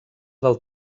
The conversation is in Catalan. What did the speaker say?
del